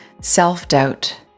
self-doubt